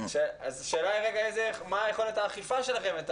השאלה היא מהי יכולת האכיפה שלכם?